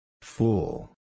Fool